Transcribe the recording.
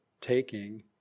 taking